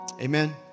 Amen